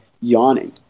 yawning